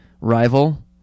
rival